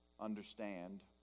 understand